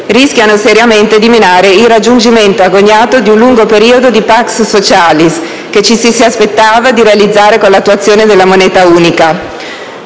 rischia seriamente di minare il raggiungimento agognato di un lungo periodo di *pax socialis*, che ci si aspettava di realizzare con l'attuazione della moneta unica.